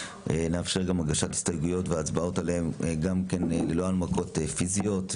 נאפשר גם הגשת הסתייגויות והצבעות עליהן ללא הנמקות פיזיות,